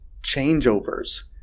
changeovers